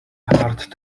hard